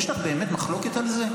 יש לך באמת מחלוקת על זה?